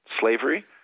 slavery